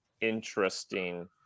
interesting